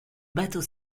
bateau